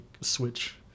Switch